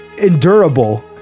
endurable